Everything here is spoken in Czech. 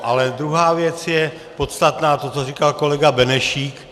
Ale druhá věc je podstatná, to, co říkal kolega Benešík.